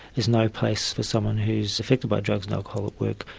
there's no place for someone who's affected by drugs and alcohol at work.